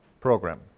program